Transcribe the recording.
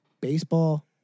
baseball